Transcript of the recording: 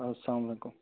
اَسلامُ علیکُم